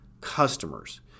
customers